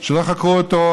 שלא חקרו אותו,